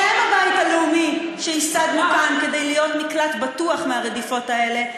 בשם הבית הלאומי שהשגנו כאן כדי להיות מקלט בטוח מהרדיפות האלה,